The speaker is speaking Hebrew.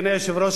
אדוני היושב-ראש,